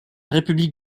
république